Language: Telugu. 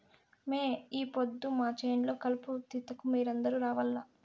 మే ఈ పొద్దు మా చేను లో కలుపు తీతకు మీరందరూ రావాల్లా